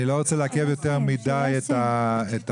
אני לא רוצה לעכב יותר מדי את החקיקה.